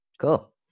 Cool